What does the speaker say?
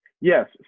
Yes